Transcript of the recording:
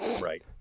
Right